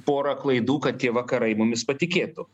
porą klaidų kad tie vakarai mumis patikėtų